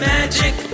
Magic